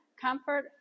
comfort